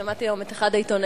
שמעתי היום את אחד העיתונאים,